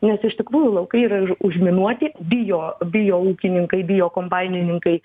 nes iš tikrųjų laukai yra užminuoti bijo bijo ūkininkai bijo kombainininkai